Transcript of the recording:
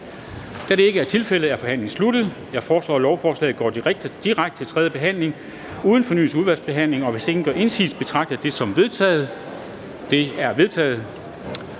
Da det ikke er tilfældet, er forhandlingen sluttet. Jeg foreslår, at lovforslaget går direkte til tredje behandling uden fornyet udvalgsbehandling. Hvis ingen gør indsigelse, betragter jeg det som vedtaget. Det er vedtaget.